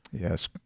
Yes